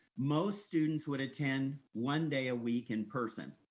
most students would attend one day a week in-person.